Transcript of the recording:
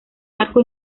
arco